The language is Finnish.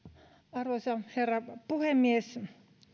arvoisa herra puhemies